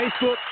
Facebook